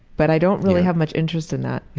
but i don't really have much interest in that.